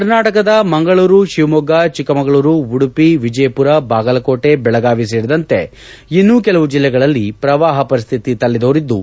ಕರ್ನಾಟಕದ ಮಂಗಳೂರು ಶಿವಮೊಗ್ಗ ಚಿಕ್ಕಮಗಳೂರು ಉಡುಪಿ ವಿಜಯಪುರ ಬಾಗಲಕೋಟೆ ದೆಳಗಾವಿ ಸೇರಿದಂತೆ ಇನ್ನು ಕೆಲವು ಜಿಲ್ಲೆಗಳಲ್ಲಿ ಪ್ರವಾಹ ಪರಿಸ್ಟಿತಿ ತಲೆದೋರಿದ್ದು